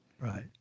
right